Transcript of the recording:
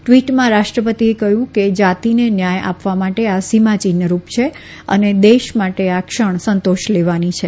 ટવીટમાં રાષ્ટ્રપતિએ કહયું કે જાતીને ન્યાથ આપવા માટે આ સીમાચિન્હરૂપ છે અને દેશ માટે આ ક્ષણ સંતોષ લેવાની છે